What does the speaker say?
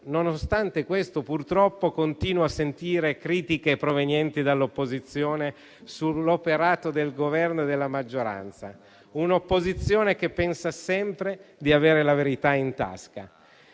Nonostante questo, purtroppo, continuo a sentire critiche provenienti dall'opposizione sull'operato del Governo e della maggioranza, un'opposizione che pensa sempre di avere la verità in tasca.